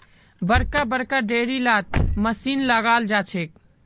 बड़का बड़का डेयरी लात मशीन लगाल जाछेक